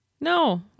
No